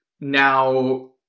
Now